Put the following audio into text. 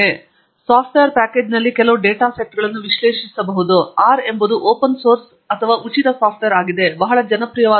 ಅಥವಾ ನಾನು ಸಾಫ್ಟ್ವೇರ್ ಪ್ಯಾಕೇಜ್ನಲ್ಲಿ ಕೆಲವು ಡೇಟಾ ಸೆಟ್ಗಳನ್ನು ವಿಶ್ಲೇಷಿಸಿಸಬಹುದು R ಎಂಬುದು ಓಪನ್ ಸೋರ್ಸ್ ಮತ್ತು ಉಚಿತ ಸಾಫ್ಟ್ವೇರ್ ಆಗಿದೆ ಬಹಳ ಜನಪ್ರಿಯವಾಗಿದೆ